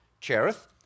Cherith